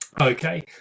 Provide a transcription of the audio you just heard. Okay